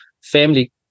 family